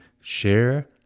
share